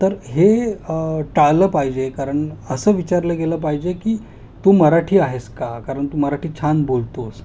तर तर हे टाळलं पाहिजे कारण असं विचारलं गेलं पाहिजे की तू मराठी आहेस का कारण तू मराठी छान बोलतोस